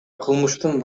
кылмыштын